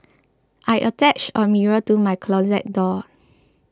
I attached a mirror to my closet door